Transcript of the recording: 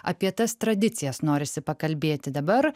apie tas tradicijas norisi pakalbėti dabar